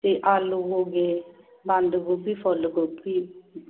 ਅਤੇ ਆਲੂ ਹੋ ਗਏ ਬੰਦ ਗੋਭੀ ਫੁੱਲ ਗੋਭੀ